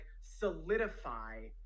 solidify